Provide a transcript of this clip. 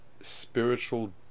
spiritual